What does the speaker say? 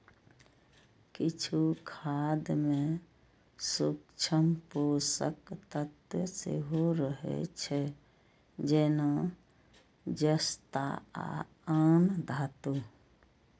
किछु खाद मे सूक्ष्म पोषक तत्व सेहो रहै छै, जेना जस्ता आ आन धातु